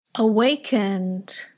awakened